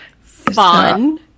Fun